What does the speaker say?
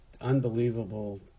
unbelievable